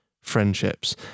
friendships